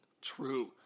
True